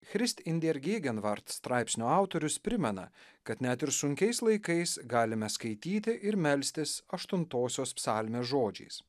christ in dier gėgenvart straipsnio autorius primena kad net ir sunkiais laikais galime skaityti ir melstis aštuntosios psalmės žodžiais